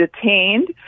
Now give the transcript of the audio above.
detained